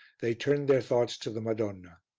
they turned their thoughts to the madonna.